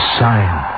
sign